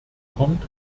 kommt